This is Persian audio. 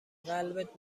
قلبت